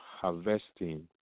harvesting